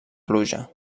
pluja